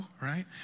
right